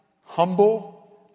humble